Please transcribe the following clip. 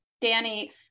Danny